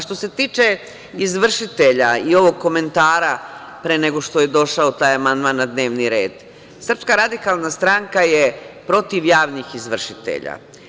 Što se tiče izvršitelja i ovog komentara pre nego što je došao taj amandman na dnevni red, SRS je protiv javnih izvršitelja.